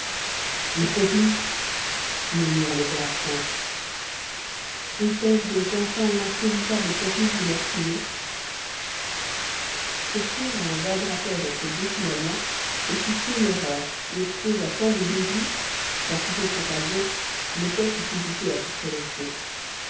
le complice murmura le père absinthe était-ce donc enfin l'insaisissable complice du meurtrier se fier à un vague rapport entre deux signalements est si téméraire et exposé à tant de bévues qu'en toute autre occasion lecoq eût hésité à se prononcer